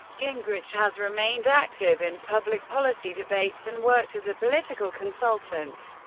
gingrich has remained active in public policy debates and worked as a political consultant.